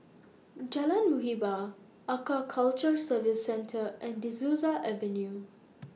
Jalan Muhibbah Aquaculture Services Centre and De Souza Avenue